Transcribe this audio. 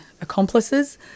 accomplices